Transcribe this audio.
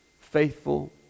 faithful